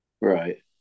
right